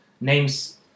names